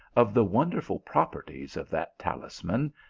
of the wonderful properties of that talisman,